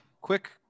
quick